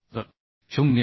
तर 0